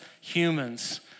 humans